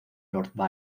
lord